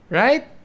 right